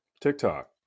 TikTok